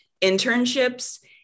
internships